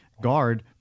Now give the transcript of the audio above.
guard